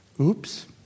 Oops